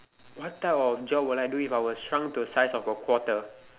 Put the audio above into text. what type of job will I do if I was shrunk to a size of a quarter